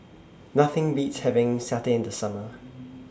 Nothing Beats having Satay in The Summer